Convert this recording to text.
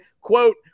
quote